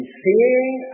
seeing